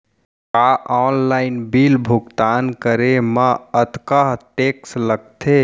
का online bill भुगतान करे मा अक्तहा टेक्स लगथे?